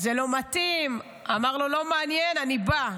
זה לא מתאים, ויטקוף אמר לו, לא מעניין, אני בא.